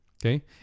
okay